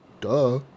duh